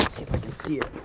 if i can see it.